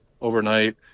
overnight